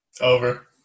Over